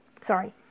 sorry